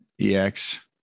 ex